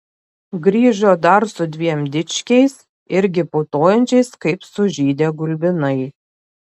grįžo dar su dviem dičkiais irgi putojančiais kaip sužydę gulbinai